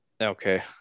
Okay